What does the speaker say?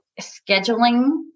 scheduling